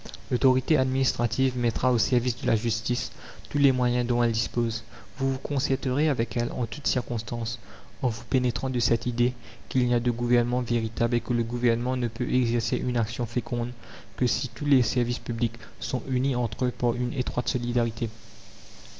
l'autorité administrative mettra au service de la justice tous les moyens dont elle dispose vous vous concerterez avec elle en toute circonstance en vous pénétrant de cette idée qu'il n'y a de gouvernement véritable et que le gouvernement ne peut exercer une action féconde que si tous les services publics sont unis entre eux par une étroite solidarité